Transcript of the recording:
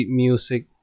music